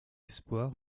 espoir